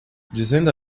dizendo